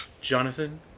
Jonathan